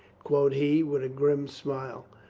quoth he with a grim smile.